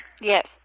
Yes